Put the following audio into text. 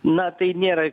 na tai nėra